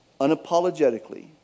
unapologetically